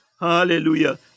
Hallelujah